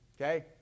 Okay